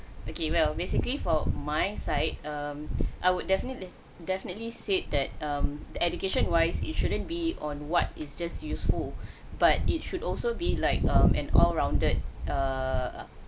okay well basically for my side um I would definitely definitely said that um the education wise it shouldn't be on what is just useful but it should also be like um an all rounded err